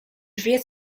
wie